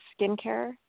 Skincare